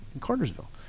Cartersville